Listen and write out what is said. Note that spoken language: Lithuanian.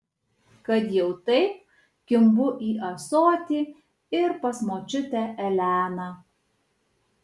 kad jau taip kimbu į ąsotį ir pas močiutę eleną